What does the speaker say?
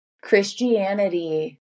Christianity